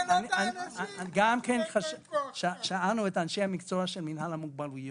מכבד --- שאלנו את אנשי המקצוע של מנהל המוגבלויות,